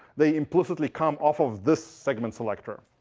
they implicitly come off of this segment selector.